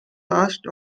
last